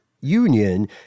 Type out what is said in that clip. Union